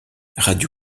radio